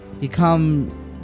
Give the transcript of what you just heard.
become